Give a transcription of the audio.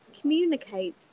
communicate